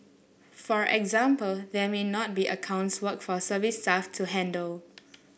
for example there may not be accounts work for service staff to handle